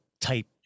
type